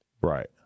Right